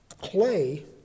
clay